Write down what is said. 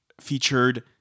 featured